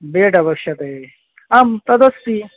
bed अपेक्षते आं तदस्ति